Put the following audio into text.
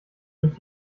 durch